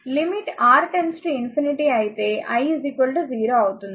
limit R ∞ అయితే i 0 అవుతుంది